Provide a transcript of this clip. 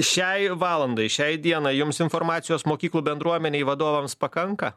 šiai valandai šiai dienai jums informacijos mokyklų bendruomenei vadovams pakanka